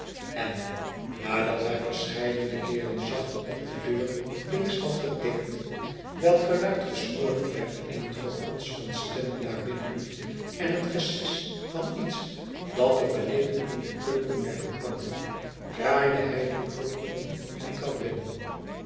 en nadat hij verscheiden keeren zacht op de deur links had getikt welk geluid gesmoord werd in het gegons van stemmen daar binnen en het gesis van iets dat er beneden in de keuken werd gebakken draaide hij de kruk om en